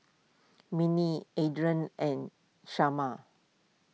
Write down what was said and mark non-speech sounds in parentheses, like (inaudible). Mindi andrae and (unintelligible)